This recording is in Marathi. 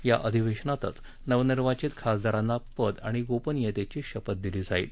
या अधिवेशनातच नवनिर्वाचित खासदारांना पद आणि गोपनियतेची शपथ दिली जाईल